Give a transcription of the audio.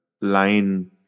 line